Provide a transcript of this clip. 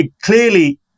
clearly